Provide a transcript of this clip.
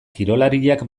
kirolariak